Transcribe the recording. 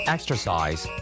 Exercise